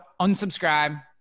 unsubscribe